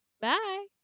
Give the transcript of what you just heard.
bye